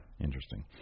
Interesting